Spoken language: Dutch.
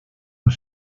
een